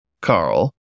Carl